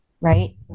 right